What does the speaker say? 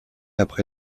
après